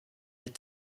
les